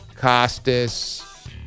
Costas